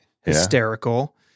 hysterical